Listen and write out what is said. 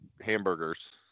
hamburgers